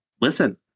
Listen